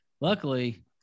luckily